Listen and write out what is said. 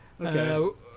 Okay